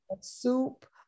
soup